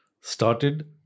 started